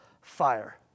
fire